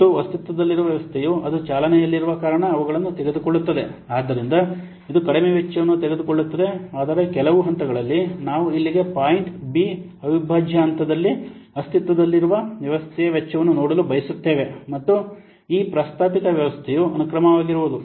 ಮತ್ತು ಅಸ್ತಿತ್ವದಲ್ಲಿರುವ ವ್ಯವಸ್ಥೆಯು ಅದು ಚಾಲನೆಯಲ್ಲಿರುವ ಕಾರಣ ಅವುಗಳನ್ನು ತೆಗೆದುಕೊಳ್ಳುತ್ತದೆ ಆದ್ದರಿಂದ ಇದು ಕಡಿಮೆ ವೆಚ್ಚವನ್ನು ತೆಗೆದುಕೊಳ್ಳುತ್ತದೆ ಆದರೆ ಕೆಲವು ಹಂತಗಳಲ್ಲಿ ನಾವು ಇಲ್ಲಿಗೆ ಪಾಯಿಂಟ್ ಬಿ ಅವಿಭಾಜ್ಯ ಹಂತದಲ್ಲಿ ಅಸ್ತಿತ್ವದಲ್ಲಿರುವ ವ್ಯವಸ್ಥೆಯ ವೆಚ್ಚವನ್ನು ನೋಡಲು ಬರುತ್ತೇವೆ ಮತ್ತು ಈ ಪ್ರಸ್ತಾಪಿತ ವ್ಯವಸ್ಥೆಯು ಅನುಕ್ರಮವಾಗುವುದು